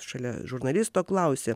šalia žurnalisto klausė